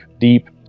deep